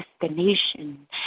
destination